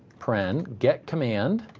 paren get command,